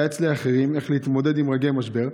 לייעץ לאחרים איך להתמודד עם רגעי משבר,